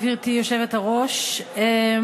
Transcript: גברתי היושבת-ראש,